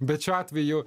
bet šiuo atveju